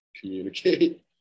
communicate